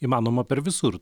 įmanoma per visur